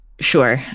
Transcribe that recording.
Sure